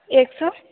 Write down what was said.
एक सौ